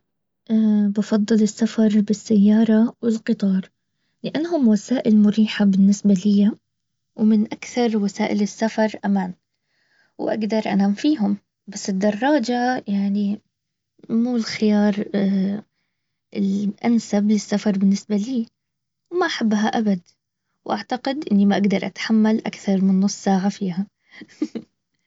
بفضل السفر بالسيارة والقطار لانهم وسائل مريحة بالنسبة لي ومن اكثر وسائل السفر امان واقدر انام فيهم بس الدراجة يعني مو الخيار ال-الانسب للسفر بالنسبة لي ما احبها ابد واعتقد اني ما اقدر اتحمل اكثر من نص ساعة فيها